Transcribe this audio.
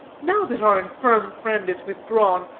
now that our infirm friend is withdrawn,